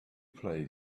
play